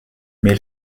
mais